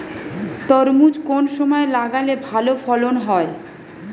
তরমুজ কোন সময় লাগালে ভালো ফলন হয়?